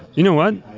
you know what?